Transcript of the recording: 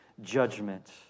judgment